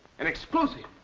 an exclusive!